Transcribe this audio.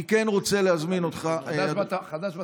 אני כן רוצה להזמין אותך, חדש בתפקיד,